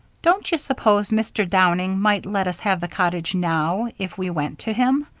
don't you suppose mr. downing might let us have the cottage now, if we went to him?